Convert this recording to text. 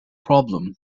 problem